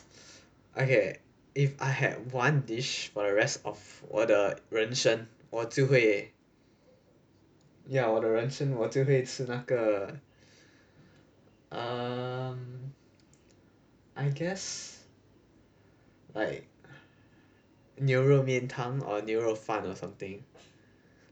okay if I had one dish for the rest of 我的人生我就会 ya 我的人生我就会吃那个 um I guess like 牛肉面汤 or 牛肉面饭 or something